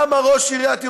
למה ראש עיריית ירושלים,